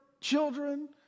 children